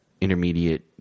intermediate